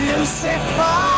Lucifer